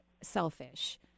selfish